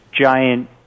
giant